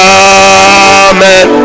amen